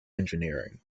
engineering